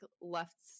left